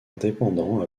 indépendant